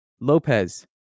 Lopez